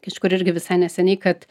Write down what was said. kažkur irgi visai neseniai kad